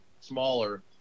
smaller